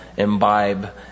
imbibe